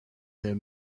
their